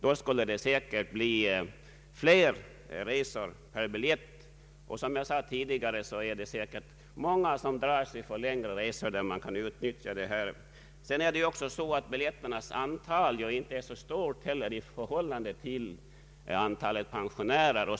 Då skulle det säkert tas ut fler resor per kort. Som jag sade tidigare är det säkert många som drar sig för längre resor, där man verkligen har nytta av rabattkortet. Vidare är det så att biljetternas antal inte heller är så stort i förhållande till antalet pensionärer.